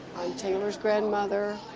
i'm taylor's grandmother,